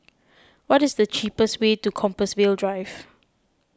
what is the cheapest way to Compassvale Drive